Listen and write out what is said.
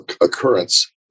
occurrence